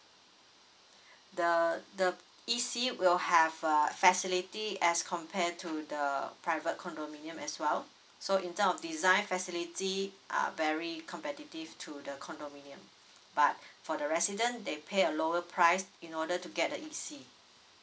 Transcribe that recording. the the E_C will have a facility as compared to the private condominium as well so in terms of design facility are very competitive to the condominium but for the resident they pay a lower price in order to get the E_C